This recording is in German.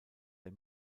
der